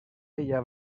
ella